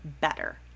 better